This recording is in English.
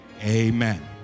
Amen